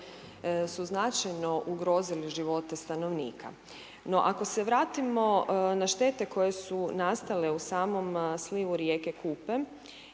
su značajno ugrozili živote stanovnika. No, ako se vratimo na štete koje su nastale u samom slivu rijeke Kupe